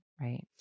right